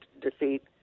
defeat